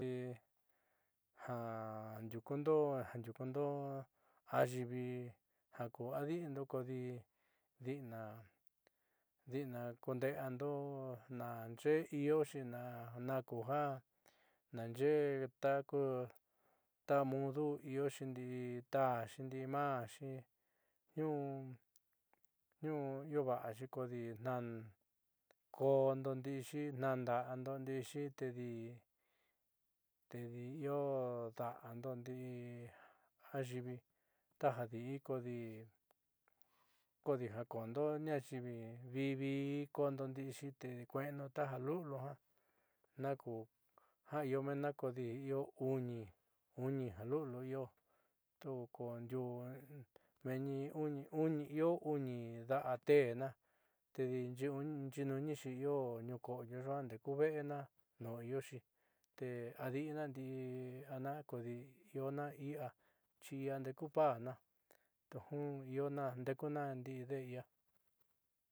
Ja ja ndiukundo ayiivi jaku adi'indo kodi di'itna di'itna kunde'eando naaxe'e ioxi nakuja naanxe'e tako mudu ioxi ndi'i taaxi ndi'i ma'axi niuu niuu io va'axi kodi koondo ndi'ixi tnaanda'ando ndi'ixi tedi tedi io da'ando ndi'i ayiivi tajadi'i kodi kodi jaakoondo ñaayiivi vi vi koondo ndi'ixi te kue'enu taja lu'uliu ja naku ja io meenna kodi io uni uni ja lu'uliu io meenni io uni io uni da'ateena tedi nxiinuunixi io ñuuko'oyo yuaa ndeku ve'ena nuun ioxi te adi'ina ndi'i ada'aña kodi io na ia chi ia ndeku paana iona ndekuna ndi'ide i'ia.